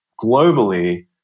globally